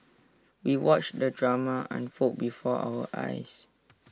we watched the drama unfold before our eyes